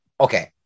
okay